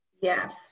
Yes